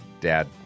Dad